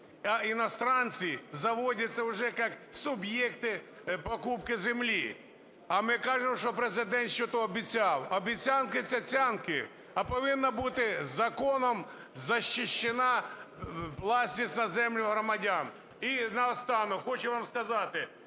А иностранцы заводяться вже як суб'єкти покупки землі. А ми кажемо, що Президент щось обіцяв. Обіцянки – цяцянки. А повинна бути законом захищена власність на землю громадян. І наостанок хочу вам сказати: